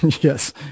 yes